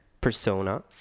persona